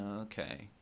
Okay